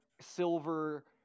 silver